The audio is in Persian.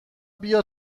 بیا